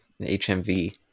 HMV